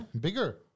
bigger